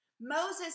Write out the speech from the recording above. Moses